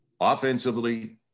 offensively